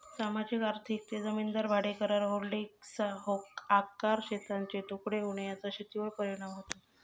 सामाजिक आर्थिक ते जमीन भाडेकरार, होल्डिंग्सचा आकार, शेतांचे तुकडे होणे याचा शेतीवर परिणाम होतो